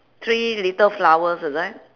three little flowers is it